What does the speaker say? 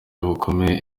buboneye